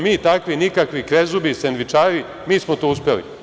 Mi, takvi, nikakvi, krezubi sendvičari, mi smo to uspeli.